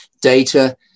Data